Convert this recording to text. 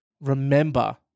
remember